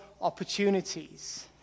opportunities